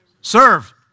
Serve